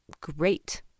great